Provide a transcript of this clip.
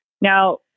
Now